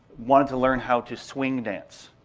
wanted to learn how to swing dance.